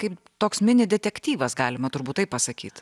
kaip toks mini detektyvas galima turbūt taip pasakyt